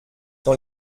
dans